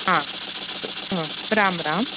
रां रां